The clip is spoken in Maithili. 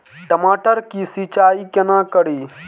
टमाटर की सीचाई केना करी?